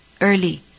early